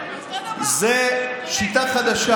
זו שיטה חדשה.